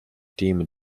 team